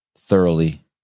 thoroughly